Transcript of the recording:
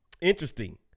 Interesting